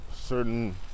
certain